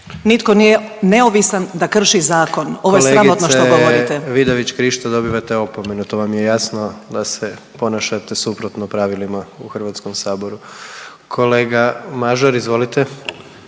Nitko nije neovisan da krši zakon, ovo je sramotno što govorite. **Jandroković, Gordan (HDZ)** Kolegice Vidović Krišto dobivate opomenu, to vam je jasno da se ponašate suprotno pravilima u HS. Kolega Mažar izvolite.